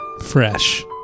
fresh